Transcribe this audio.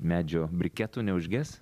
medžio briketų neužges